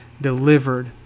delivered